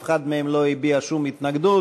אף אחד מהם לא הביע שום התנגדות.